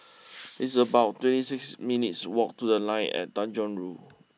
it's about twenty six minutes' walk to the Line at Tanjong Rhu